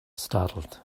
startled